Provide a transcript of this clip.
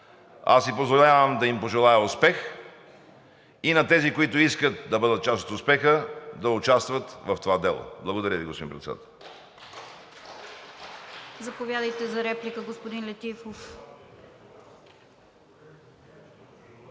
Аз си позволявам да им пожелая успех и на тези, които искат да бъдат част от успеха, да участват в това дело. Благодаря Ви, госпожо Председател.